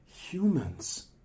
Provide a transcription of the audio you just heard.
humans